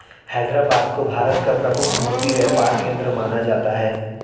हैदराबाद को भारत का प्रमुख मोती व्यापार केंद्र माना जाता है